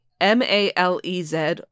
M-A-L-E-Z